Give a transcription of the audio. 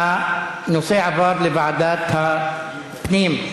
הנושא עבר לוועדת הפנים.